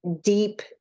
deep